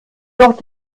noch